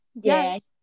Yes